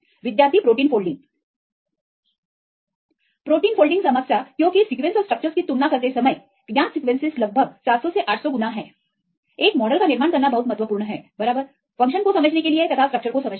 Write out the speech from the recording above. विद्यार्थी protein folding protein folding समस्या क्योंकि सीक्वेंसेस और स्ट्रक्चरस की तुलना करते समय ज्ञात सीक्वेंसेस लगभग 700 से 800 गुना है एक मॉडल का निर्माण करना बहुत महत्वपूर्ण है बराबर फ़ंक्शन को समझने के लिएस्ट्रक्चरस महत्वपूर्ण हैं